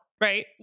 right